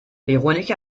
veronika